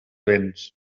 béns